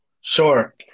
Sure